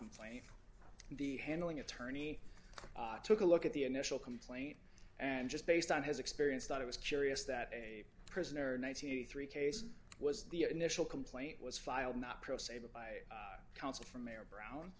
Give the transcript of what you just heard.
complaint the handling attorney took a look at the initial complaint and just based on his experience thought it was curious that a prisoner ninety three case was the initial complaint was filed not pro se but by counsel for mayor brown